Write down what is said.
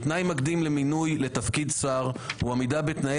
תנאי מקדים למינוי לתפקיד שר הוא עמידה בתנאי